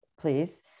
please